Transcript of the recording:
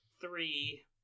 three